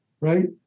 right